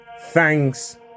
Thanks